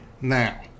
now